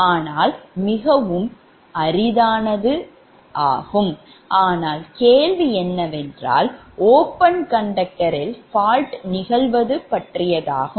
ஆனால் மிகவும் அரிதானது ஆனால் கேள்வி என்னவென்றால் open conductor ரில் fault நிகழ்வது பற்றியதாகும்